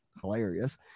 hilarious